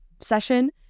session